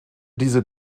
diese